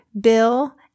Bill